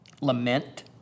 lament